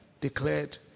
declared